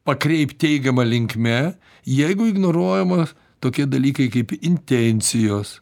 pakreipt teigiama linkme jeigu ignoruojama tokie dalykai kaip intencijos